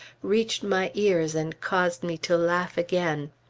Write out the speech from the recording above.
reached my ears and caused me to laugh again.